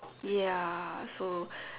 ya so